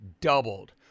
doubled